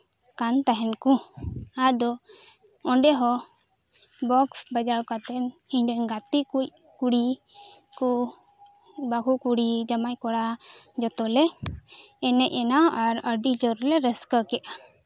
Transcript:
ᱟᱠᱟᱱ ᱛᱟᱸᱦᱮᱱ ᱠᱚ ᱟᱫᱚ ᱚᱸᱰᱮ ᱦᱚᱸ ᱵᱚᱠᱥ ᱵᱟᱡᱟᱣ ᱠᱟᱛᱮᱫ ᱤᱧ ᱨᱮᱱ ᱜᱟᱛᱮ ᱠᱩᱲᱤ ᱠᱚ ᱵᱟᱹᱦᱩ ᱠᱩᱲᱤ ᱡᱟᱢᱟᱭ ᱠᱚᱲᱟ ᱡᱚᱛᱚ ᱞᱮ ᱮᱱᱮᱡ ᱮᱱᱟ ᱟᱨ ᱟᱹᱰᱤ ᱡᱳᱨ ᱞᱮ ᱨᱟᱹᱥᱠᱟᱹ ᱠᱮᱫᱟ